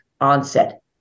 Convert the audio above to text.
onset